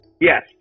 Yes